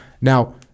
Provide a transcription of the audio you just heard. now